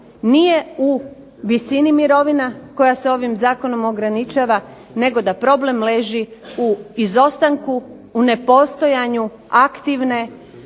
nije u visini mirovina koja se ovim zakonom ograničava, nego da problem leži u izostanku, ne postojanju aktivne,